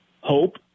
hope